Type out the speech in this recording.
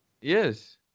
Yes